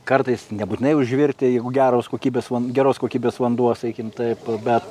kartais nebūtinai užvirti jeigu geros kokybės van geros kokybės vanduo sakykim taip bet